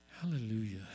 Hallelujah